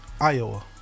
iowa